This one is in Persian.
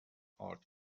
ارد